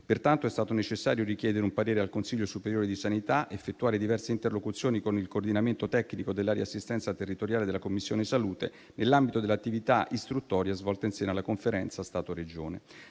Pertanto, è stato necessario richiedere un parere al Consiglio superiore di sanità, effettuare diverse interlocuzioni con il coordinamento tecnico dell'area assistenza territoriale della Commissione salute, nell'ambito dell'attività istruttoria svolta in seno alla Conferenza Stato-Regioni.